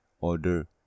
order